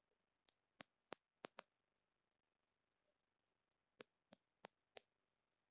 पैसे भेजने के लिए कौनसी पर्ची भरनी है?